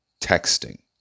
texting